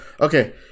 Okay